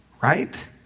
right